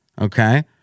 okay